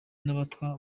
n’abatwa